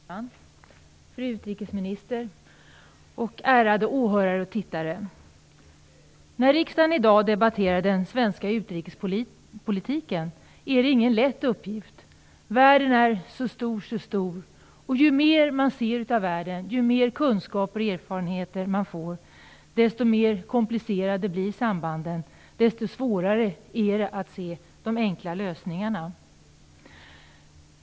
Herr talman! Fru utrikesminister och ärade åhörare och tittare! När riksdagen i dag debatterar den svenska utrikespolitiken är det ingen lätt uppgift. Världen är så stor, så stor. Ju mer man ser av världen och ju mer kunskaper och erfarenhet man får, desto mer komplicerade blir sambanden och desto svårare är det att se de enkla lösningarna.